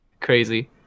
crazy